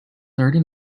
thirty